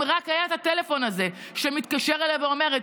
אם רק היה את הטלפון הזה שמתקשר ואומר לה: